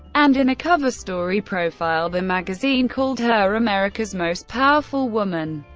and in a cover story profile the magazine called her america's most powerful woman.